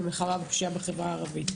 במלחמה בפשיעה בחברה הערבית.